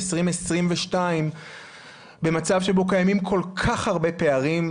ב-2022 במצב שבו קיימים כל כך הרבה פערים,